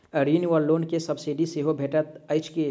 ऋण वा लोन केँ सब्सिडी सेहो भेटइत अछि की?